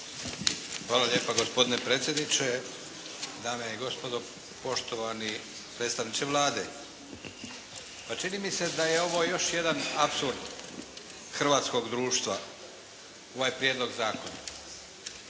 Hvala lijepa. Gospodine predsjedniče, dame i gospodo, poštovani predstavnici Vlade. Pa čini mi se da je ovo još jedan apsurd hrvatskog društva ovaj prijedlog zakona.